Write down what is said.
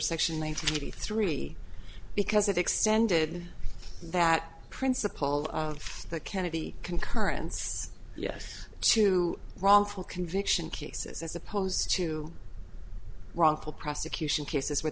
eighty three because it extended that principle of the kennedy concurrence yes to wrongful conviction cases as opposed to wrongful prosecution cases where